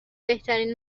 بهترین